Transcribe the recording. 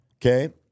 Okay